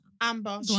Amber